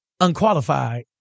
unqualified